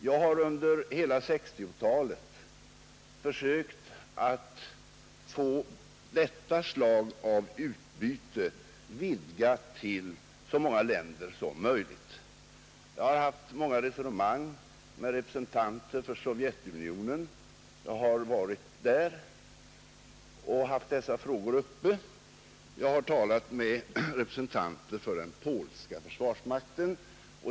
Jag har under hela 1960-talet försökt att få detta slag av utbyte vidgat till så många länder som möjligt. Jag har haft många resonemang med representanter för Sovjetunionen. Jag har varit där och diskuterat dessa frågor. Jag har också talat med representanter för den polska försvarsmakten.